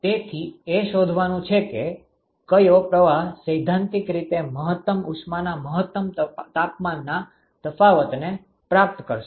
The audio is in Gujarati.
તેથી એ શોધવાનું છે કે કયો પ્રવાહ સૈદ્ધાંતિક રીતે મહત્તમ ઉષ્માના મહત્તમ તાપમાનના તફાવતને પ્રાપ્ત કરશે